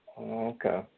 Okay